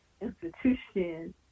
institution